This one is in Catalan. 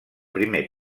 primer